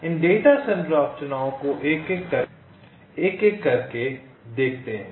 इन data संरचनाओं को एक एक करके देखते हैं